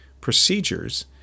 procedures